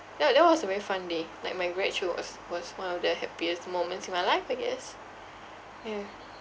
ya that was a very fun day like my grad show was was one of the happiest moments in my life I guess yeah